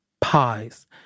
pies